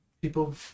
People